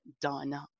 done